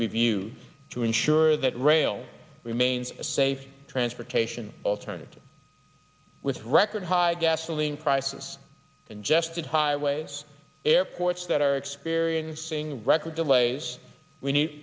review to ensure that rail remains a safe transportation alternative with record high gasoline prices good highways airports that are experiencing record delays we need